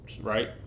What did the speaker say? right